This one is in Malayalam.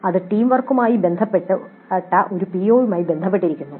ഇത് ടീം വർക്കുമായി ബന്ധപ്പെട്ട ഒരു പിഒയുമായി ബന്ധപ്പെട്ടിരിക്കുന്നു